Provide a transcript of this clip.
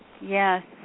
Yes